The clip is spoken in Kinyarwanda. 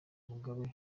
mugabe